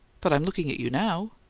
but i'm looking at you now.